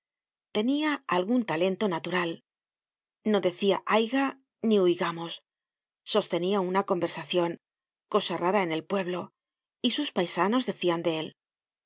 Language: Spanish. algun talento natural no decia haiga ni huigamos sostenía una conversacion cosa rara en el pueblo y sus paisanos decian de él